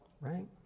right